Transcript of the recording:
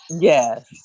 Yes